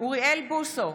אוריאל בוסו,